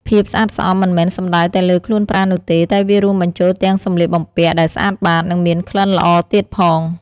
ភាពស្អាតស្អំមិនមែនសំដៅតែលើខ្លួនប្រាណនោះទេ តែវារួមបញ្ចូលទាំងសំលៀកបំពាក់ដែលស្អាតបាត និងមានក្លិនល្អទៀតផង។